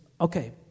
okay